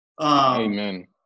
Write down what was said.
Amen